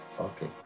Okay